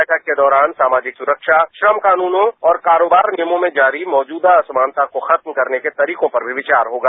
बैठक के दौरान सामाजिक सुरक्षा श्रम कानूनों और कारोबार नियमों में जारी मौजूदा असमानता को खत्म करने के तरीकों पर भी विचार होगा